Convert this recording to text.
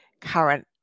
current